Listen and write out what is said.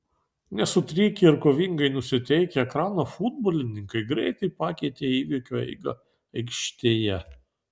nesutrikę ir kovingai nusiteikę ekrano futbolininkai greitai pakeitė įvykių eigą aikštėje